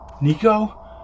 Nico